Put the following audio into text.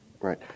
Right